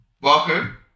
welcome